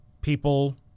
people